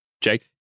Jake